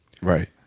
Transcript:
Right